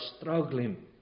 struggling